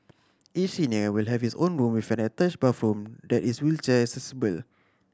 each senior will have his own room with an attached bathroom that is wheelchair accessible